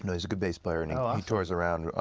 he's a good bass player, and he tours around,